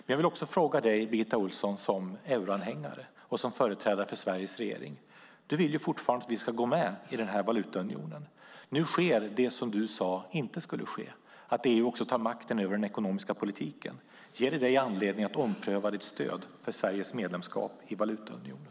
Jag har en fråga till dig, Birgitta Ohlsson, som euroanhängare och som företrädare för Sveriges regering. Du vill fortfarande att vi ska gå med i valutaunionen. Nu sker det som du sade inte skulle ske, att EU tar makten också över den ekonomiska politiken. Ger det dig anledning att ompröva ditt stöd för Sveriges medlemskap i valutaunionen?